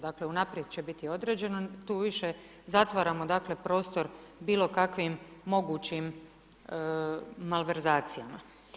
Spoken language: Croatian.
Dakle unaprijed će biti određeno, tu više zatvaramo dakle prostor bilo kakvim mogućim malverzacijama.